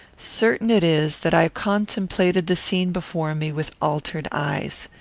certain it is that i contemplated the scene before me with altered eyes.